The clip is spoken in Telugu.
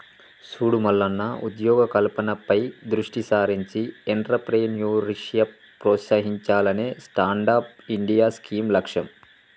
సూడు మల్లన్న ఉద్యోగ కల్పనపై దృష్టి సారించి ఎంట్రప్రేన్యూర్షిప్ ప్రోత్సహించాలనే స్టాండప్ ఇండియా స్కీం లక్ష్యం